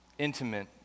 intimate